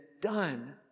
done